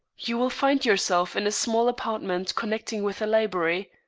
you will find yourself in a small apartment connecting with the library.